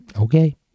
okay